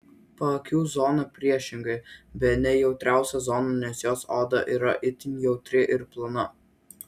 paakių zona priešingai bene jautriausia zona nes jos oda yra itin jautri ir plona